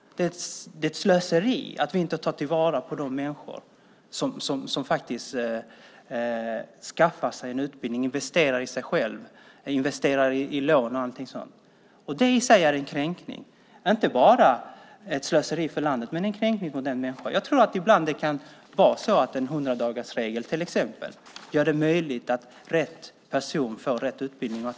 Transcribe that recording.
Det är ett slöseri att vi inte tar vara på de människor som faktiskt skaffar sig en utbildning, investerar i sig själva, tar lån och så vidare. Det i sig är en kränkning och inte bara ett slöseri för landet. Jag tror att till exempel en hundradagarsregel ibland gör det möjligt för rätt person att få rätt utbildning.